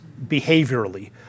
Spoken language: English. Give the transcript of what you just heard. behaviorally